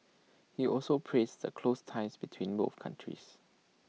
he also praised the close ties between both countries